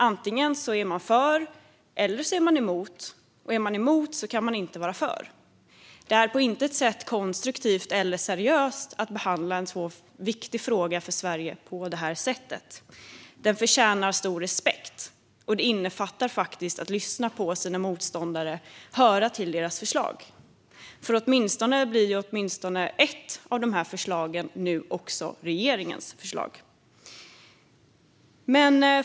Antingen är man för eller emot, och är man emot kan man inte vara för. Det är på intet sätt konstruktivt eller seriöst att behandla en för Sverige så viktig fråga på det sättet. Den förtjänar stor respekt, och det innefattar faktiskt att höra på sina motståndare och lyssna till deras förslag. Åtminstone ett av dessa förslag blir ju nu också regeringens förslag.